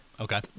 Okay